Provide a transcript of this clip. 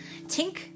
Tink